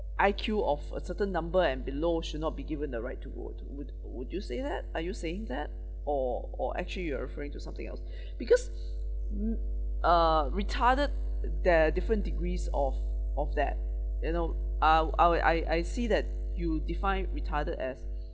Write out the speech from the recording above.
I_Q of a certain number and below should not be given the right to vote would would you say that are you saying that or or actually you are referring to something else because mm uh retarded there are different degrees of of that you know I'll I'll I I see that you define retarded as